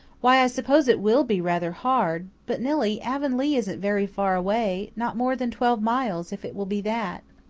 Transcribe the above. why, i suppose it will be rather hard. but, nillie, avonlea isn't very far away not more than twelve miles, if it will be that.